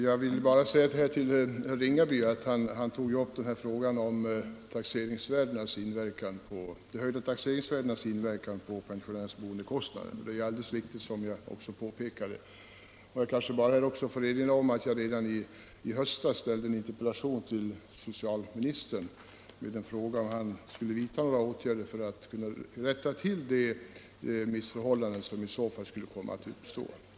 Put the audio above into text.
Fru talman! Herr Ringaby tog också upp frågan om de höjda taxeringsvärdenas inverkan på pensionärernas boendekostnad. Det han påpekade är alldeles riktigt. Jag vill erinra om att jag redan i höstas framställde en interpellation till socialministern om vilka åtgärder han tänkte vidta för att rätta till det missförhållande som skulle uppstå till följd av en höjning av taxeringsvärdena.